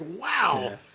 wow